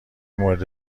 مورد